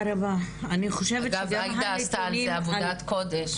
אגב עאידה עשתה על זה עבודת קודש,